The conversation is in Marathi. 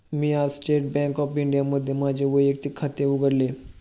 मी आज स्टेट बँक ऑफ इंडियामध्ये माझे वैयक्तिक खाते उघडले